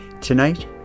Tonight